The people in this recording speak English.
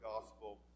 gospel